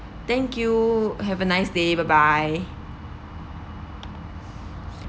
thank you have a nice day bye bye